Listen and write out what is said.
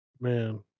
Man